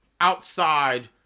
outside